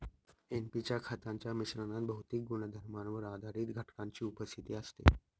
NP च्या खतांच्या मिश्रणात भौतिक गुणधर्मांवर आधारित घटकांची उपस्थिती असते